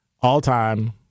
all-time